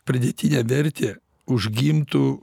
pridėtinė vertė užgimtų